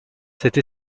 cette